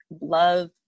love